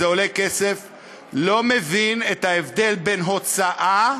לא מבין את ההבדל בין הוצאה,